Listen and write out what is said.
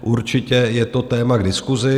Určitě je to téma k diskusi.